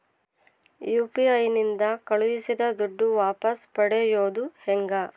UPI ನಿಂದ ಕಳುಹಿಸಿದ ದುಡ್ಡು ವಾಪಸ್ ಪಡೆಯೋದು ಹೆಂಗ?